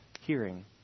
hearing